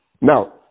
Now